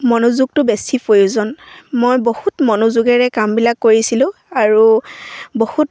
মনোযোগটো বেছি প্ৰয়োজন মই বহুত মনোযোগেৰে কামবিলাক কৰিছিলোঁ আৰু বহুত